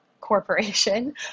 corporation